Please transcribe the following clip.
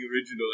original